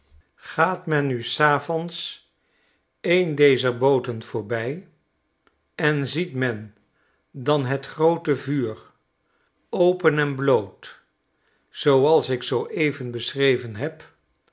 gaat men nu s avonds een dezer booten voorbij en ziet men dan het groote vuur open en bloot zooals ik zoo even beschreven heb